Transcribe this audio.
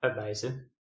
Amazing